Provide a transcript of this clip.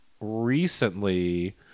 recently